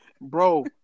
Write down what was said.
bro